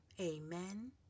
Amen